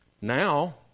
Now